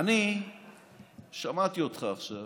אני שמעתי אותך עכשיו,